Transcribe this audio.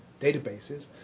databases